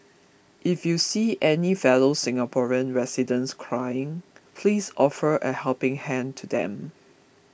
if you see any fellow Singaporean residents crying please offer a helping hand to them